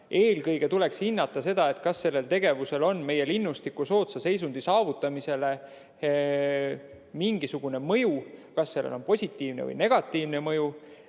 Eelkõige tuleks hinnata, kas sellel tegevusel on meie linnustiku soodsa seisundi saavutamisele mingisugune mõju, kas sellel on positiivne või negatiivne mõju.